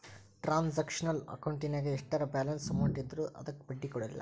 transactional ಅಕೌಂಟಿನ್ಯಾಗ ಎಷ್ಟರ balance amount ಇದ್ರೂ ಅದಕ್ಕ ಬಡ್ಡಿ ಕೊಡಲ್ಲ